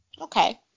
Okay